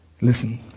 Listen